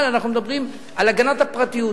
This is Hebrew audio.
אבל אנחנו מדברים על הגנת הפרטיות.